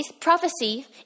prophecy